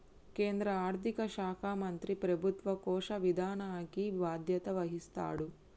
కేంద్ర ఆర్థిక శాఖ మంత్రి ప్రభుత్వ కోశ విధానానికి బాధ్యత వహిస్తాడు